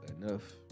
enough